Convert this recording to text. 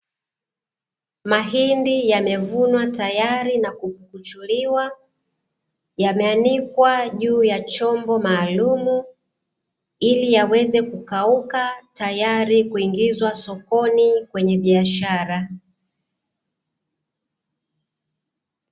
Mahindi yamevunwa tayari na kupukuchuliwa, yameanikwa juu ya chombo maalumu ili yaweze kukauka, tayari kuingizwa sokoni kwenye biashara.